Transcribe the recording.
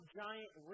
giant